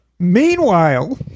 Meanwhile